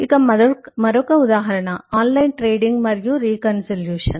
ఇక మరొక ఉదాహరణ ఆన్లైన్ ట్రేడింగ్ మరియు రీకన్సొల్యూషన్